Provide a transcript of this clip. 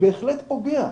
בהחלט פוגע.